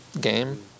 game